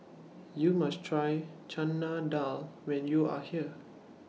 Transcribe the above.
YOU must Try Chana Dal when YOU Are here